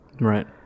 Right